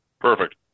Perfect